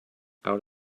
out